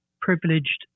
privileged